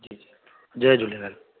Jay Jhulelal